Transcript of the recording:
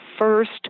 first